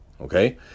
okay